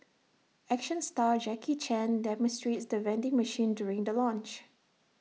action star Jackie chan demonstrates the vending machine during the launch